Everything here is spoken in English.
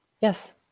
Yes